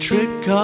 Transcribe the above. Trick